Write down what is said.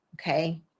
Okay